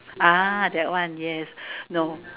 ah that one yes no